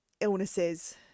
illnesses